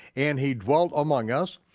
and he dwelt among us.